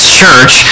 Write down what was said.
church